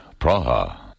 Praha